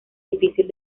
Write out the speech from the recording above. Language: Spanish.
difícil